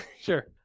Sure